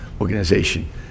organization